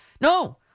No